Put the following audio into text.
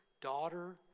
daughter